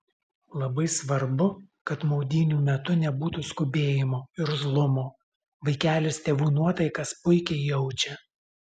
labai svarbu kad maudynių metu nebūtų skubėjimo irzlumo vaikelis tėvų nuotaikas puikiai jaučia